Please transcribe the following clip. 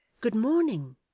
Good-morning